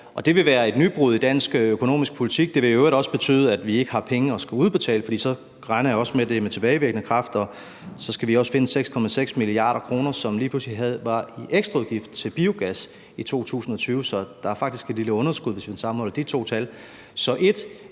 Det vil være et nybrud i dansk økonomisk politik, og det vil i øvrigt også betyde, at vi ikke har penge at udbetale – for jeg regner med, at det så også er med tilbagevirkende kraft, og så skal vi også finde 6,6 mia. kr., der lige pludselig var i ekstraudgift til biogas i 2020. Så der er faktisk et lille underskud, hvis man sammenholder de to tal.